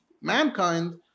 mankind